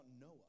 Noah